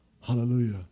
Hallelujah